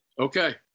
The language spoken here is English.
Okay